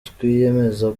twiyemeza